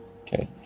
Okay